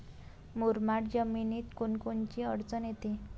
मुरमाड जमीनीत कोनकोनची अडचन येते?